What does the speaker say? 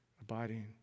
abiding